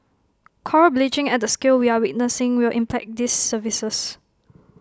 Coral bleaching at the scale we are witnessing will impact these services